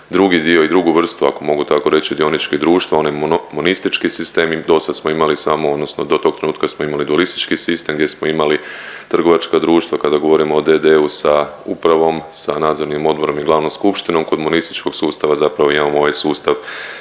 ovaj dio i drugu vrstu ako mogu tako reći dioničkih društva onih monistički sistemi. Dosad smo imali samo odnosno do tog trenutka smo imali dualistički sistem gdje smo imali trgovačka društva kada govorimo o d.d.-u sa upravom, sa nadzornim odborom i glavnom skupštinom komunističkog sustava zapravo imamo ovaj sustav